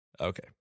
Okay